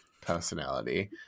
personality